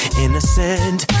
innocent